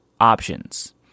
options